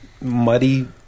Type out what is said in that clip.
Muddy